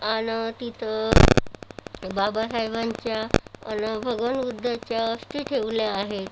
आणि तिथं बाबासाहेबांच्या आणि भगवान बुद्धाच्या अस्थी ठेवल्या आहे